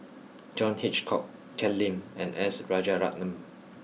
John Hitchcock Ken Lim and S Rajaratnam